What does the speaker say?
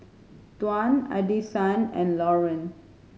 Tuan Addisyn and Lauren